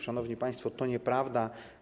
Szanowni państwo, to nieprawda.